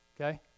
okay